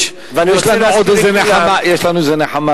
יש לנו איזו נחמה,